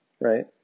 Right